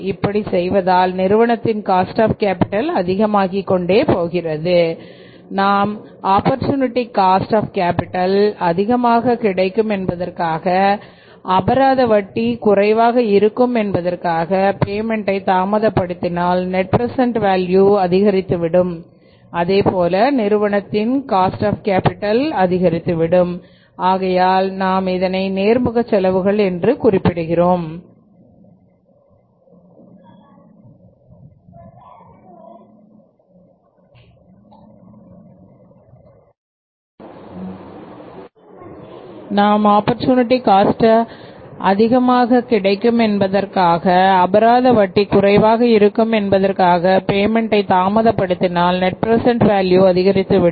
இப்படி செய்வதால் நிறுவனத்தின் காஸ்ட்ஆஃ கேபிடல் அதிகமாகிக்கொண்டே போகிறது நாம் ஆப்பர்சூனிட்டி காஸ்ட் ஆஃ கேபிடல் அதிகமாக கிடைக்கும் என்பதற்காக அபராத வட்டி குறைவாக இருக்கும் என்பதற்காக பேமென்ட் தாமதப்படுத்தினால் நெட் பிரசெண்ட் வேல்யூ அதிகரித்துவிடும்